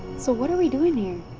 so what are we doing here?